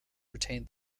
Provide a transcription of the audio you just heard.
retain